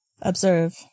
Observe